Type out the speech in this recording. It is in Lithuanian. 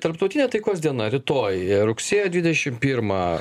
tarptautinė taikos diena rytoj rugsėjo dvidešim pirmą